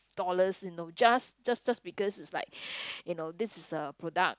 dollars you know just just just because it's like you know this is a product